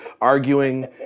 arguing